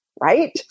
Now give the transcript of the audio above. right